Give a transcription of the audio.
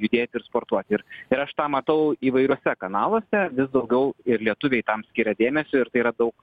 judėt ir sportuot ir ir aš tą matau įvairiuose kanaluose vis daugiau ir lietuviai tam skiria dėmesio ir tai yra daug